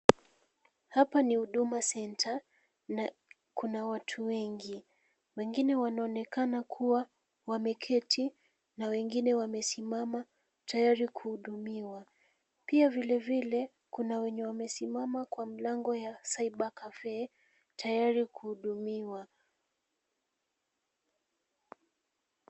Hapa ni Huduma Centre na kuna watu wengi. Wengine wanaonekana kuwa wameketi na wengine wamesimama tayari kuhudumiwa. Pia vilevile, kuna wenye wamesimama kwa mlango ya cyber cafe tayari kuhudumiwa.